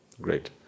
Great